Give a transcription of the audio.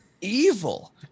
evil